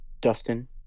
Dustin